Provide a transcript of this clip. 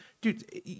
dude